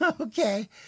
Okay